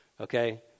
Okay